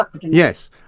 Yes